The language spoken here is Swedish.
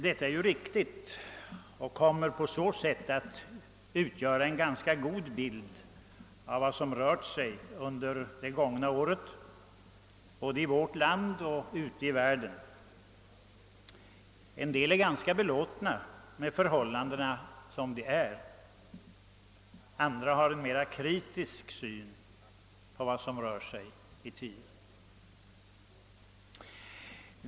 Detta är ju riktigt, och det kommer att ge en ganska god bild av vad som rört sig under det gångna året såväl i vårt land som ute i världen. Somliga är ganska belåtna med förhållandena sådana de är. Andra har en mera kritisk syn på vad som rör sig i tiden.